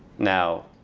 now,